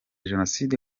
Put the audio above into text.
jenoside